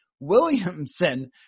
Williamson